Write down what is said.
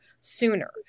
sooner